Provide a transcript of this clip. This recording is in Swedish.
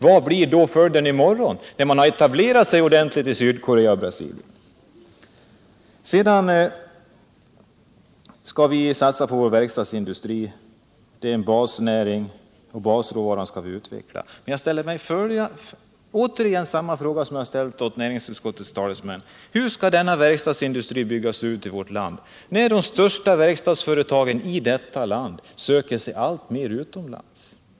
Vad blir då följden i morgon när man har etablerat sig ordentligt i Sydkorea och Brasilien? Sedan skall vi satsa på vår verkstadsindustri. Det är vår basnäring och basvaran skall vi utveckla. Men jag ställer mig återigen samma fråga som jag ställt till näringsutskottets talsemän: Hur skall denna verkstadsindustri byggas ut i vårt land, när de största verkstadsföretagen i detta land alltmer söker sig utomlands?